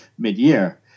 mid-year